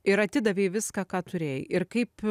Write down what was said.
ir atidavei viską ką turėjai ir kaip